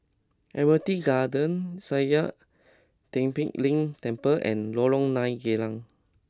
Admiralty Garden Sakya Tenphel Ling Temple and Lorong Nine Geylang